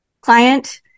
client